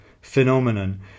phenomenon